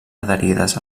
adherides